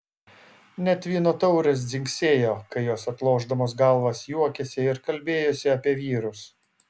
net vyno taurės dzingsėjo kai jos atlošdamos galvas juokėsi ir kalbėjosi apie vyrus